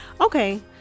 okay